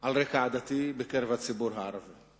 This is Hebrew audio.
על רקע עדתי בקרב הציבור הערבי.